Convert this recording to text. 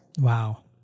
Wow